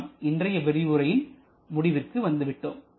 நாம் இன்றைய விரிவுரையின் முடிவுக்கு வந்துவிட்டோம்